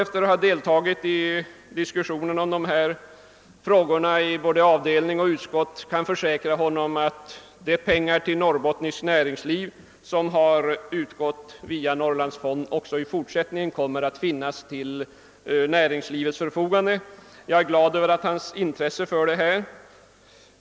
Efter att ha deltagit i diskussionen om dessa frågor under utskottsbehandlingen tror jag mig kunna försäkra herr Stridsman att de pengar till norrbottniskt näringsliv som har utgått via Norrlandsfonden även i fortsättningen kommer att finnas till förfogande för näringslivet. Jag är som sagt glad över herr Stridsmans intresse för detta.